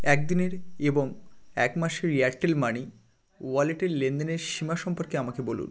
এক দিনের এবং এক মাসের এয়ারটেল মানি ওয়ালেটের লেনদেনের সীমা সম্পর্কে আমাকে বলুন